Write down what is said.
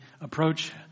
approach